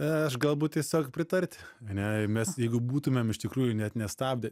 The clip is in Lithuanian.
aš galbūt tiesiog pritarti ane mes jeigu būtumėm iš tikrųjų net nestabdę